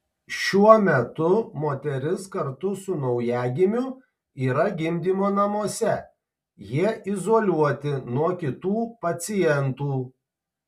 šiuo metu moteris kartu su naujagimiu yra gimdymo namuose jie izoliuoti nuo kitų pacientų